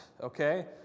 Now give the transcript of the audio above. okay